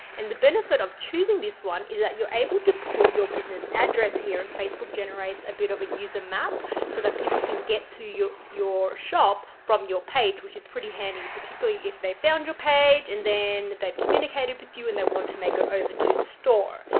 and the benefit of choosing this one is that you're able to put your business address here and facebook generates a bit of a user a map. so that people can get to your your shop from your page, which is pretty handy, particularly if they found your page and then they've communicated with you that and they want to make it over to the store.